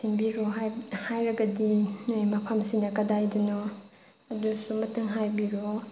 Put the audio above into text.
ꯊꯤꯟꯕꯤꯔꯛꯑꯣ ꯍꯥꯏ ꯍꯥꯏꯔꯒꯗꯤ ꯅꯣꯏ ꯃꯐꯝꯁꯤꯅ ꯀꯗꯥꯏꯗꯅꯣ ꯑꯗꯨꯁꯨ ꯑꯃꯨꯛꯇ ꯍꯥꯏꯕꯤꯔꯛꯑꯣ